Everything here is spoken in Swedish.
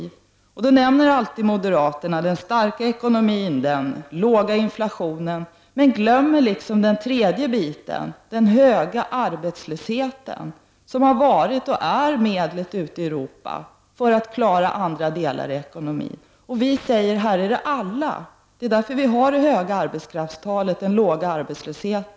Moderaterna nämner alltid den starka ekonomin och den låga inflationen i Västtyskland men glömmer den tredje delen i sammanhanget, nämligen den höga arbetslösheten där. Den har varit och är medlet ute i Europa för att klara andra delar i ekonomin. Vi i Sverige säger att alla skall delta i arbetslivet. Det är därför som vi har en så låg arbetslöshet.